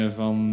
van